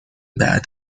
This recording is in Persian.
بعد